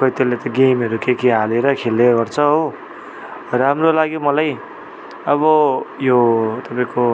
खोई त्यसले त गेमहरू केके हालेर खेल्दै गर्छ हो राम्रो लाग्यो मलाई अब यो तपाईँको